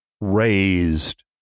raised